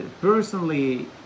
personally